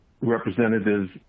representatives